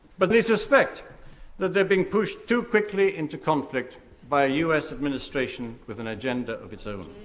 but they suspect that they are being pushed too quickly into conflict by a us administration with an agenda of its own.